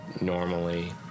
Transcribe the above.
normally